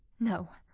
no,